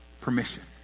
permission